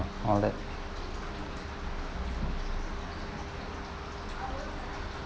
all that